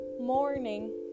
Morning